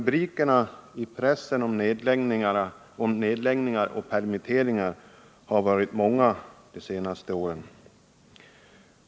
Pressrubrikerna om nedläggningar och permitteringar har varit många de senaste åren.